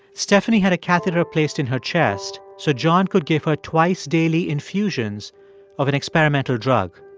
stephanie had a catheter placed in her chest so john could give her twice-daily infusions of an experimental drug.